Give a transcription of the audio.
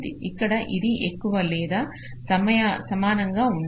ఇక్కడ అది ఎక్కువ లేదా సమానంగా ఉండాలి